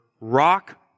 rock